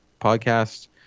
podcast